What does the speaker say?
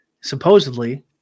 supposedly